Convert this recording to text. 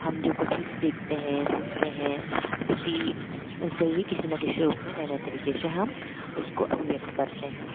हम जो कुछ भी देखते हैं सुनते हैं उसी से ही किसी ना किसी रूप में नए नए तरीक़े से हम उसको अभिव्यक्त करते हैं